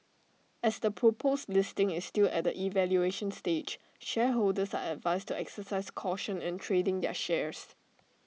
as the proposed listing is still at evaluation stage shareholders are advised to exercise caution in trading their shares